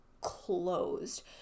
closed